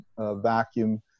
vacuum